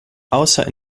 außer